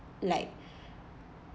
like